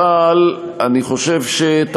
אבל אני חושב שאת